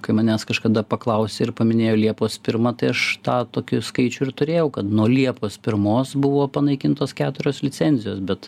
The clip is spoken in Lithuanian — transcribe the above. kai manęs kažkada paklausė ir paminėjo liepos pirmą tai aš tą tokį skaičių ir turėjau kad nuo liepos pirmos buvo panaikintos keturios licencijos bet